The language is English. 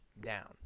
down